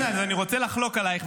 אני רוצה לחלוק עלייך,